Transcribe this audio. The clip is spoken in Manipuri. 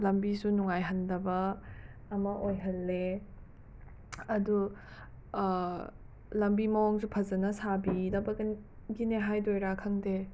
ꯂꯝꯕꯤꯁꯨ ꯅꯨꯡꯉꯥꯏꯍꯟꯗꯕ ꯑꯃ ꯑꯣꯏꯍꯜꯂꯦ ꯑꯗꯨ ꯂꯝꯕꯤ ꯃꯑꯣꯡꯁꯨ ꯐꯖꯅ ꯁꯥꯕꯤꯗꯕ ꯒꯤꯅꯤ ꯍꯥꯏꯗꯣꯏꯔꯥ ꯈꯪꯗꯦ